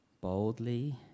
boldly